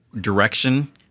direction